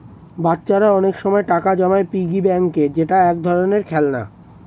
বাচ্চারা অনেক সময় টাকা জমায় পিগি ব্যাংকে যেটা এক ধরনের খেলনা